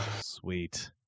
Sweet